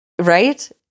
right